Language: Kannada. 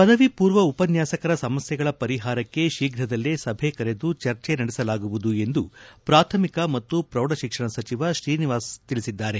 ಪದವಿ ಪೂರ್ವ ಉಪನ್ಯಾಸಕರ ಸಮಸ್ಕೆಗಳ ಪರಿಹಾರಕ್ಕೆ ಶೀಘದಲೇ ಸಭೆ ಕರೆದು ಚರ್ಚೆ ನಡೆಸಲಾಗುವುದು ಎಂದು ಪ್ರಾಥಮಿಕ ಮತ್ತು ಪ್ರೌಡಶಿಕ್ಷಣ ಸಚಿವ ಶ್ರೀನಿವಾಸ್ ತಿಳಿಸಿದ್ದಾರೆ